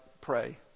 pray